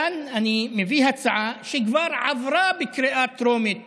כאן אני מביא הצעה שכבר עברה בקריאה טרומית